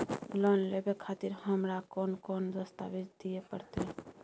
Loan लेवे खातिर हमरा कोन कौन दस्तावेज दिय परतै?